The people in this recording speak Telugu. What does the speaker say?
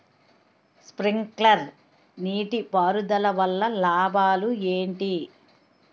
స్ప్రింక్లర్ నీటిపారుదల వల్ల లాభాలు ఏంటి?